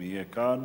אם הוא יהיה כאן,